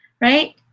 right